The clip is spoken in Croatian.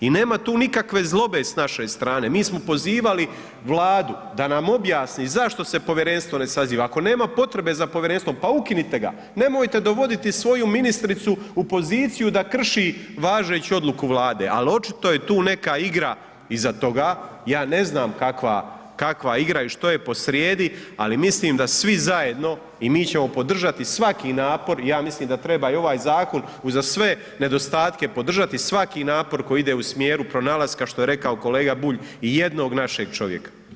I nema tu nikakve zlobe s naše strane, mi smo pozivali Vladu da nam objasni zašto se Povjerenstvo ne saziva, ako nema potrebe za Povjerenstvom pa ukinite ga, nemojte dovoditi svoju ministricu u poziciju da krši važeću Odluku Vlade, ali očito je tu neka igra iza toga, ja ne znam kakva, kakva igra i što je posrijedi, ali mislim da svi zajedno, i mi ćemo podržati svaki napor, i ja mislim da treba i ovaj Zakon uza sve nedostatke podržati, svaki napor koji ide u smjeru pronalaska, što je rekao kolega Bulj, ijednog našeg čovjeka.